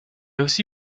aussi